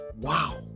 Wow